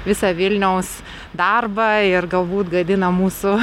visą vilniaus darbą ir galbūt gadina mūsų